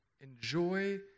enjoy